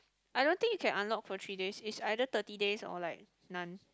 I don't think you can unlock for three days is either thirty days or like none